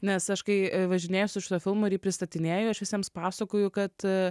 nes aš kai važinėju su šiuo filmu ir pristatinėju aš visiems pasakoju kad